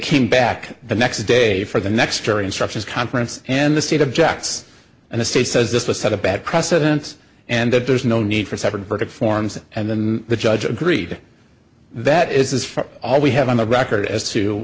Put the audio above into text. came back the next day for the next jury instructions conference and the state objects and the state says this was such a bad precedence and there's no need for separate verdict forms and then the judge agreed that is for all we have on the record as to